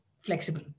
flexible